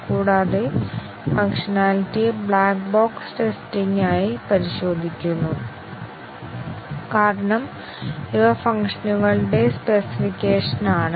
കൂടാതെ ഫംഗ്ഷനാലിറ്റിയെ black box ടെസ്റ്റിംഗായി പരിശോധിക്കുന്നു കാരണം ഇവ ഫംഗ്ഷനുകളുടെ സ്പെസിഫിക്കേഷൻ ആണ്